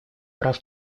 прав